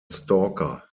stalker